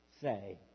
say